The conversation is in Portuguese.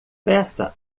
peça